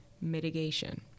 mitigation